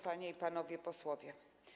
Panie i Panowie Posłowie!